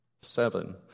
Seven